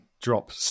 Drop